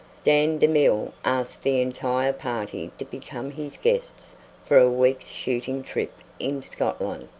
dan demille asked the entire party to become his guests for a week's shooting trip in scotland,